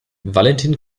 valentin